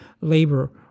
labor